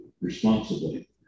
responsibly